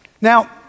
Now